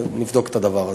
נבדוק את הדבר הזה.